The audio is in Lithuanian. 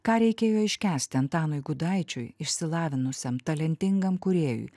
ką reikėjo iškęsti antanui gudaičiui išsilavinusiam talentingam kūrėjui